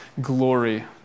glory